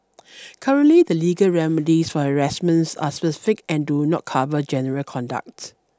currently the legal remedies for harassment are specific and do not cover general conduct